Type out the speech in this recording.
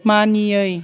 मानियै